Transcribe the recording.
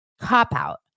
cop-out